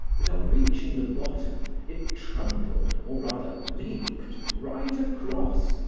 that on reaching the bottom it trundled, or rather leaped, right across,